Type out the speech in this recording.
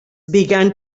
began